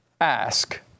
ask